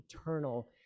eternal